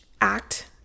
act